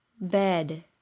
bed